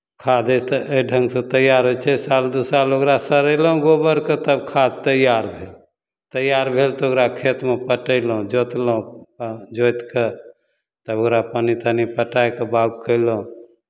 खादे तऽ एहि ढङ्गसँ तैयार होइ छै साल दू साल ओकरा सड़यलहुँ गोबरकेँ तब खाद तैयार भेल तैयार भेल तऽ ओकरा खेतमे पटयलहुँ जोतलहुँ जोति कऽ तब ओकरा पानि तानि पटाए कऽ बाउग कयलहुँ